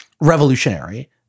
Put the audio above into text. revolutionary